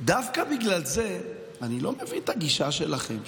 דווקא בגלל זה, אני לא מבין את הגישה שלכם.